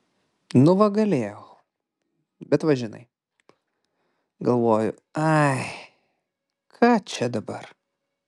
nu va galėjau bet va žinai galvoju ai ką čia dabar